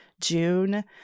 June